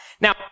Now